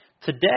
Today